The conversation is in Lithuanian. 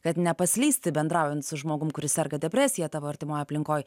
kad nepaslysti bendraujant su žmogum kuris serga depresija tavo artimoj aplinkoj